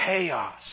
chaos